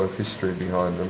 ah history behind and